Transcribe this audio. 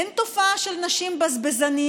אין תופעה של נשים בזבזניות?